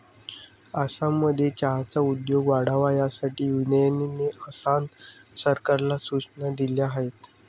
आसाममध्ये चहाचा उद्योग वाढावा यासाठी युनियनने आसाम सरकारला सूचना दिल्या आहेत